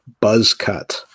BuzzCut